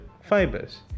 fibers